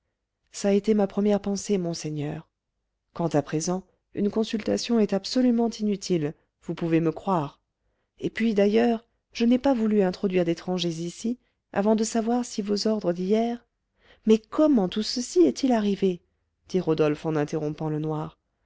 ç'a été ma première pensée monseigneur quant à présent une consultation est absolument inutile vous pouvez me croire et puis d'ailleurs je n'ai pas voulu introduire d'étrangers ici avant de savoir si vos ordres d'hier mais comment tout ceci est-il arrivé dit rodolphe en interrompant le noir